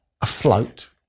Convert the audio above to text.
afloat